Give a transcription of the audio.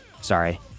sorry